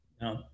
no